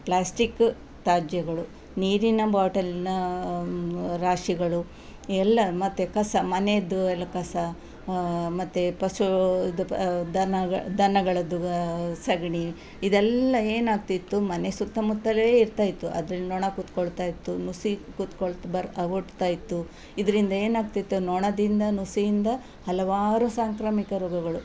plastic ತ್ಯಾಜ್ಯಗಳು ನೀರಿನ ಬಾಟಲಿನ ರಾಶಿಗಳು ಎಲ್ಲ ಮತ್ತೆ ಕಸ ಮನೆದ್ದು ಎಲ್ಲ ಕಸ ಮತ್ತೆ ಪಶು ದನಗ ದನಗಳದ್ದು ಸಗಣಿ ಇದೆಲ್ಲ ಏನಾಗ್ತಿತ್ತು ಮನೆ ಸುತ್ತಮುತ್ತಲೇ ಇರ್ತಾ ಇತ್ತು ಅದ್ರಲ್ಲಿ ನೋಣ ಕೂತ್ಕೊಳ್ತಾ ಇತ್ತು ನುಸಿ ಕುತ್ಕೊಳ್ತಾ ಬರ ಓಡ್ತಾ ಇತ್ತು ಇದರಿಂದ ಏನಾಗ್ತಿತ್ತು ನೊಣದಿಂದ ನುಸಿಯಿಂದ ಹಲವಾರು ಸಾಂಕ್ರಾಮಿಕ ರೋಗಗಳು